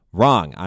wrong